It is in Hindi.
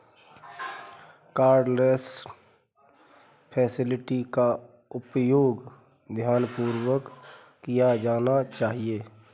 कार्डलेस फैसिलिटी का उपयोग ध्यानपूर्वक किया जाना चाहिए